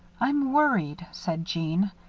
i'm worried, said jeanne.